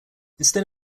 instead